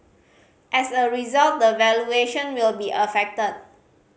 as a result the valuation will be affected